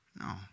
no